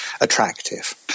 attractive